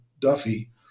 Duffy